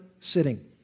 sitting